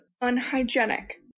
unhygienic